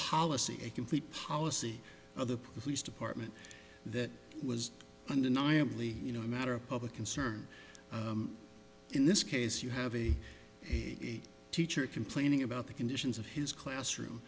policy a complete policy of the police department that was undeniably you know a matter of public concern in this case you have a teacher complaining about the conditions of his classroom